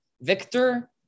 Victor